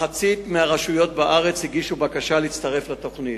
מחצית מהרשויות בארץ הגישו בקשה להצטרף לתוכנית,